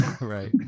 Right